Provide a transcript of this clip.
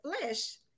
flesh